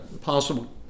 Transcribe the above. possible